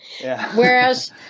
Whereas